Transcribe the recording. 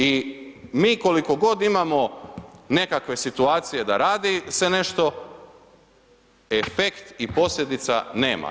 I mi koliko god imamo nekakve situacije da radi se nešto efekt i posljedica nema.